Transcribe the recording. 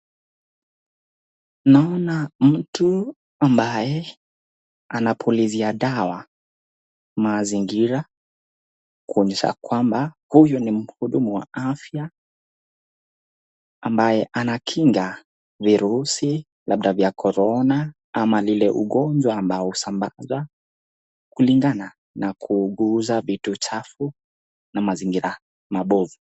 Naona mtu ambaye anapulizia dawa mazingira kuonyesha kwamba huyu ni mkulima wa afya ambaye anakinga virusi labda vya korona ama lile ugonjwa ambao usambazwa kulingana na kuuguza vitu chafu na mazingira mabovu.